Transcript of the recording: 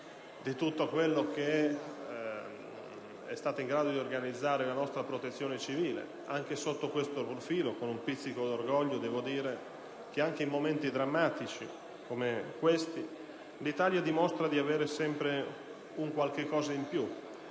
di tutto quanto è stato in grado di organizzare la nostra Protezione civile. Anche sotto questo profilo, con un pizzico di orgoglio, devo dire che anche in momenti drammatici come questi l'Italia dimostra di avere sempre un qualcosa in più,